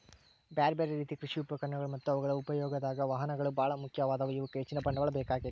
ಬ್ಯಾರ್ಬ್ಯಾರೇ ರೇತಿ ಕೃಷಿ ಉಪಕರಣಗಳು ಮತ್ತ ಅವುಗಳ ಉಪಯೋಗದಾಗ, ವಾಹನಗಳು ಬಾಳ ಮುಖ್ಯವಾದವು, ಇವಕ್ಕ ಹೆಚ್ಚಿನ ಬಂಡವಾಳ ಬೇಕಾಕ್ಕೆತಿ